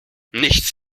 nichts